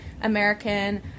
American